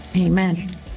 Amen